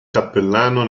cappellano